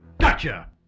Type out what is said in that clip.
Gotcha